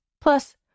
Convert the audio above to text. Plus